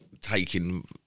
taking